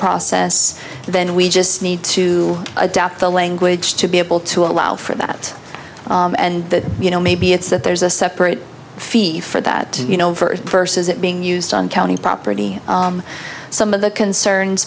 process then we just need to adapt the language to be able to allow for that and you know maybe it's that there's a separate fee for that you know for versus it being used on county property some of the concerns